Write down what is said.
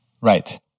Right